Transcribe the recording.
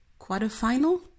quarterfinal